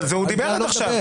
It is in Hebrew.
על זה הוא דיבר עד עכשיו.